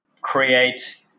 create